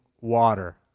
water